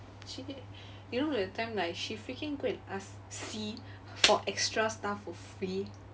she you know that time like she freaking go and ask C for extra stuff for free